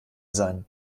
sein